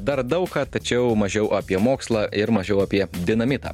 dar daug ką tačiau mažiau apie mokslą ir mažiau apie dinamitą